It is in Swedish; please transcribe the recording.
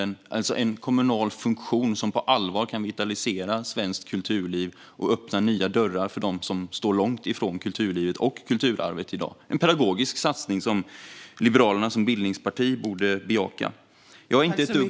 Det är en kommunal funktion som på allvar kan vitalisera svenskt kulturliv och öppna nya dörrar för dem som i dag står långt från kulturlivet och kulturarvet. Liberalerna som bildningsparti borde bejaka denna pedagogiska satsning.